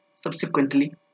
subsequently